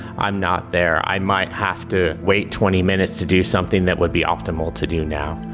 i'm not there. i might have to wait twenty minutes to do something that would be optimal to do now.